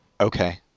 Okay